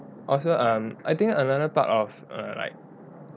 also um I think another part of err like